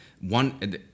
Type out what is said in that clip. one